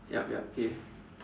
yup yup okay